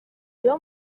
riba